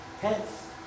pants